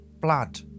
Blood